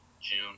June